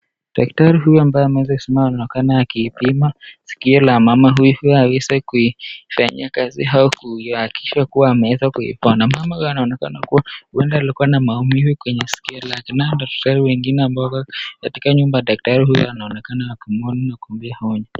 Daktari huyu ambaye ameweza kuisimama anaonekana akipima sikio la mama huyu ili aweze kuifanyia kazi au kuhakikisha kuwa amepona. Mama huyu anaonekana kuwa huenda alikiwa na maumivu kwenye sikio lake na askari wengine ambao wako katika nyumba ya daktari wanaonekana akimpea onyo.